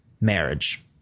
marriage